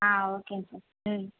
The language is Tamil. ஆ ஓகேங்க சார் ம்